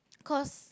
cause